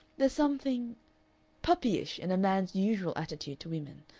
there's something puppyish in a man's usual attitude to women.